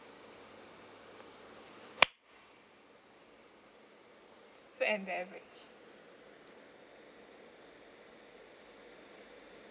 food and beverage